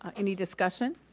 ah any discussion?